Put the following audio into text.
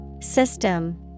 System